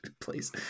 please